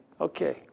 Okay